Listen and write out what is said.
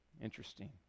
Interesting